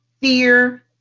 fear